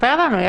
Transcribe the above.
ספר לנו.